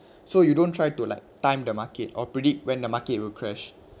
so you don't try to like time the market or predict when the market will crash